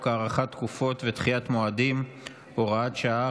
הארכת תקופות ודחיית מועדים (הוראת שעה,